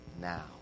now